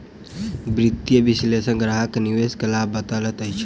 वित्तीय विशेलषक ग्राहक के निवेश के लाभ बतबैत अछि